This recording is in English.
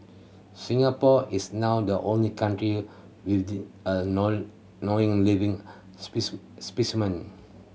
Singapore is now the only country with the a known knowing living specimen